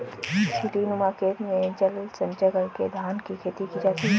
सीढ़ीनुमा खेत में जल संचय करके धान की खेती की जाती है